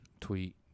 tweet